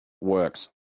works